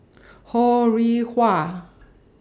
Ho Rih Hwa